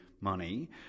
money